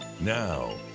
Now